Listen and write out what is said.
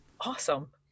Awesome